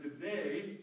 today